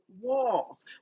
walls